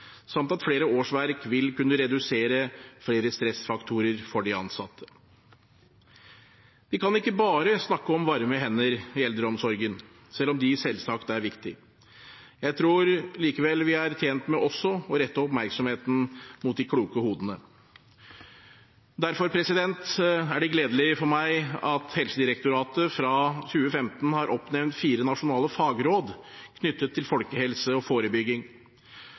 samt at flere årsverk vil kunne redusere flere stressfaktorer for de ansatte. Vi kan ikke bare snakke om varme hender i eldreomsorgen, selv om de selvsagt er viktige. Jeg tror likevel vi er tjent med også å rette oppmerksomheten mot de kloke hodene. Derfor er det gledelig for meg at Helsedirektoratet fra 2015 har oppnevnt fire nasjonale fagråd knyttet til folkehelse og forebygging.